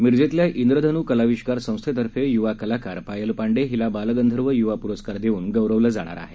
मिरजेतल्या इंद्रधनू कलाविष्कार संस्थेतर्फे युवा कलाकार पायल पांडे हिला बालगंधर्व युवा पुरस्कार देऊन गौरवलं जाणार आहे